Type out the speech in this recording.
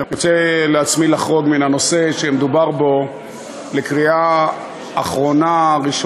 אני רוצה לחרוג מהנושא שמדובר בו לקריאה ראשונה,